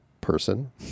person